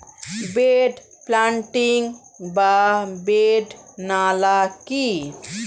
Bed planting বা bed নালা কি?